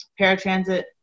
paratransit